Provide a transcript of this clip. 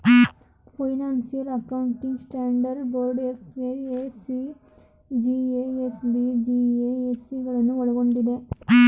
financial accounting standard board FAC, GASB, GASC ಗಳನ್ನು ಒಳ್ಗೊಂಡಿದೆ